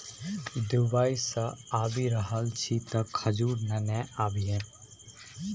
Dubai सँ आबि रहल छी तँ खजूर नेने आबिहे